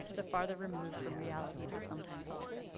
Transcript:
the farther removed from reality they sometimes are.